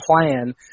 plan